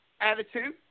Attitude